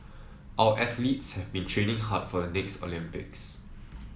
our athletes have been training hard for the next Olympics